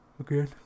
Okay